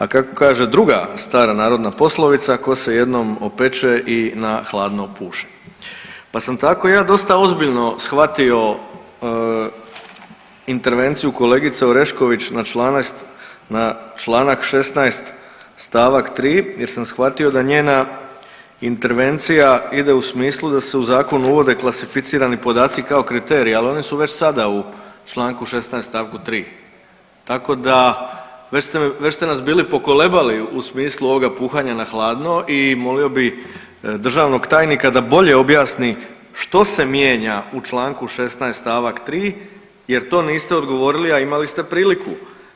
A kako kaže druga stara narodna poslovica „Ko se jednom opeče i na hladno puše“, pa sam ja tako dosta ozbiljno shvatio intervenciju kolegice Orešković na članak 16. st. 3. jer sam shvatio da njena intervencija ide u smislu da se u zakon uvode klasificirani podaci kao kriterij, ali oni su već sada u čl. 16. st. 3., tako da već ste nas bili pokolebali u smislu ovoga puhanja na hladno i molio bi državnog tajnika da bolje objasni što se mijenja u čl. 16. st. 3. jer to niste odgovorili, a imali ste priliku.